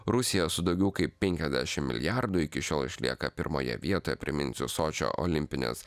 rusija su daugiau kaip penkiasdešim milijardų iki šiol išlieka pirmoje vietoje priminsiu sočio olimpines